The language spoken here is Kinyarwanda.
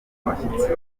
abashyitsi